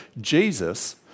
Jesus